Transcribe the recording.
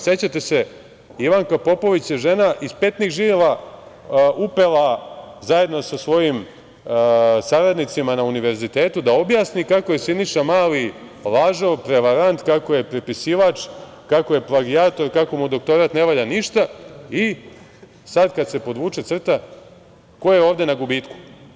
Sećate se, Ivanka Popović je žena iz petnih žila upela zajedno sa svojim saradnicima na univerzitetu da objasni kako je Siniša Mali lažov, prevarant, kako je prepisivač, kako je plagijator, kako mu doktorat ne valja ništa i sad kad se podvuče crta - ko je ovde na gubitku?